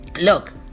look